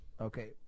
Okay